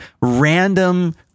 random